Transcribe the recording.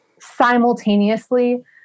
simultaneously